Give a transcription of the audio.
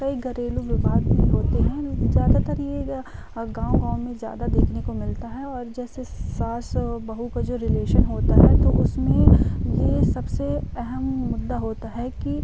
कई घरेलू विवाद होते हैं जो कि ज़्यादातर ये गाँव गाँव में ज़्यादा देखने को मिलता है और जैसे सास और बहू का जो रिलेशन होता है तो उसमें ये सब से अहम मुद्दा होता है कि